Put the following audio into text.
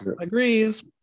Agrees